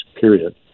period